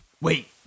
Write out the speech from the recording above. Wait